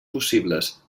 possibles